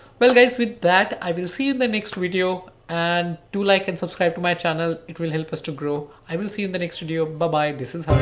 well, guys, with that, i will see you in the next video, and do like and subscribe to my channel, it will help us to grow. i will see you in the next video. bye bye, this is